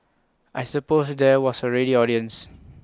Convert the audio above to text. I suppose there was A ready audience